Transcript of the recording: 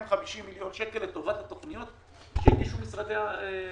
מיליון שקל לטובת התוכניות שהגישו משרדי הממשלה.